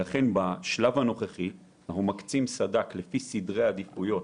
בשלב הנוכחי אנחנו מקצים סד"כ לפי סדרי עדיפויות: